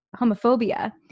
homophobia